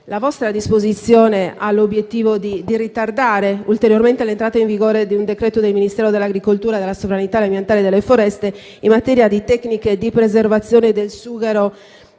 la vostra disposizione ha l'obiettivo di ritardare ulteriormente l'entrata in vigore di un decreto del Ministero dell'agricoltura, della sovranità ambientale e delle foreste in materia di tecniche di preservazione del sughero